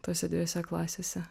tose dvejose klasėse